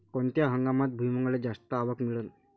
कोनत्या हंगामात भुईमुंगाले जास्त आवक मिळन?